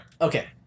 Okay